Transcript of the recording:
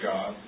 God